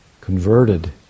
converted